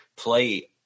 Play